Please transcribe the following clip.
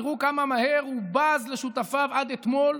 תראו כמה מהר הוא בז לשותפיו עד אתמול,